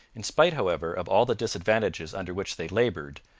in spite, however, of all the disadvantages under which they labored,